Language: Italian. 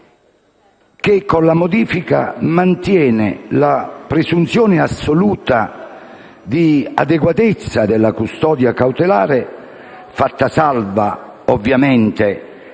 che con la modifica mantiene la presunzione assoluta di adeguatezza della custodia cautelare, fatta salva ovviamente